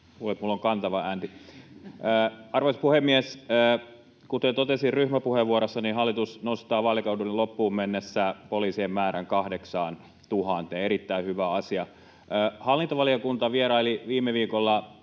Luulin, että minulla on kantava ääni!] Arvoisa puhemies! Kuten totesin ryhmäpuheenvuorossa, hallitus nostaa vaalikauden loppuun mennessä poliisien määrän 8 000:een — erittäin hyvä asia. Hallintovaliokunta vieraili viime viikolla